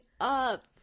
up